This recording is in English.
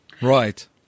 Right